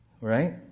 right